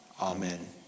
Amen